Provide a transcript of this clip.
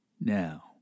Now